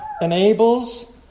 enables